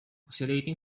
oscillating